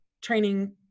training